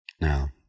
Now